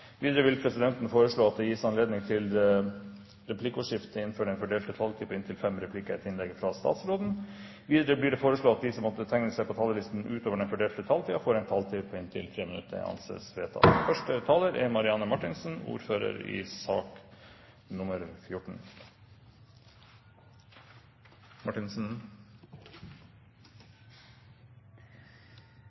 Videre vil presidenten foreslå at det blir gitt anledning til replikkordskifte på inntil seks replikker med svar etter innlegget fra statsråden innenfor den fordelte taletid. Videre blir det foreslått at de som måtte tegne seg på talerlisten utover den fordelte taletid, får en taletid på inntil tre minutter. – Det anses vedtatt. Sikkerhetspolitikken er viktig for Norge. Det er derfor fint som stortingsrepresentant å debutere som ordfører